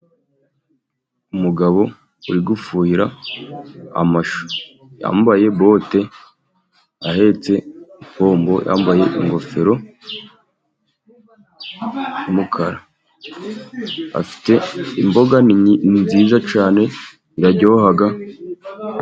Umugabo uri gufuhira amashu, yambaye bote ahetse ipombo yambaye ingofero y'umukara, afite imboga nziza cyane, ziraryoha.